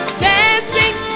dancing